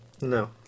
No